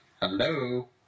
Hello